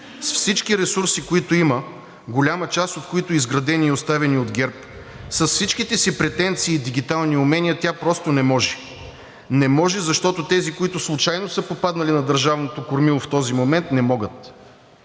С всички ресурси, които има, голяма част от които изградени и оставени от ГЕРБ, с всичките си претенции и дигитални умения, тя просто не може. Не може, защото тези, които случайно са попаднали на държавното кормило в този момент, не могат.